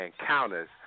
encounters